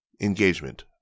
engagement